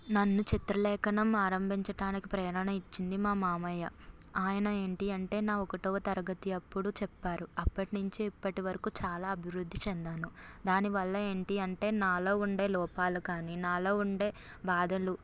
నన్ను చిత్రలేఖనం ఆరంభించడానికి ప్రేరణ ఇచ్చింది మా మామయ్య ఆయన ఏంటి అంటే నా ఒకటవ తరగతి అప్పుడు చెప్పారు అప్పటి నుంచి ఇప్పటి వరకు చాలా అభివృద్ధి చెందాను దానివల్ల ఏంటి అంటే నాలో ఉండే లోపాలు కానీ నాలో ఉండే బాధలు